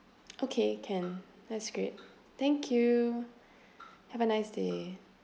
okay can that's great thank you have a nice day